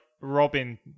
Robin